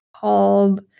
called